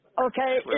Okay